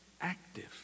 active